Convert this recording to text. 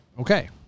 Okay